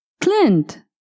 Clint